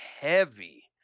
heavy